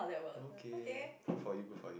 okay good for you good for you